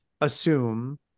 assume